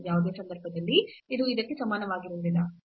ಯಾವುದೇ ಸಂದರ್ಭದಲ್ಲಿ ಇದು ಇದಕ್ಕೆ ಸಮನಾಗಿರುವುದಿಲ್ಲ